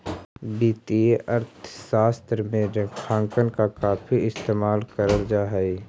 वित्तीय अर्थशास्त्र में रेखांकन का काफी इस्तेमाल करल जा हई